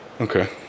Okay